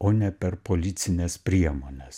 o ne per policines priemones